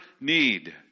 need